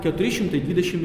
keturi šimtai dvidešimt